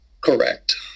Correct